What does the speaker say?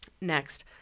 Next